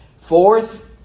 fourth